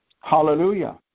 Hallelujah